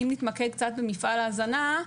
אם נתמקד קצת במפעל ההזנה,